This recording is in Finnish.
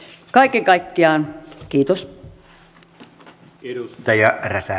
kaiken kaikkiaan kiitos